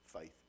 faith